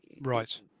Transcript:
Right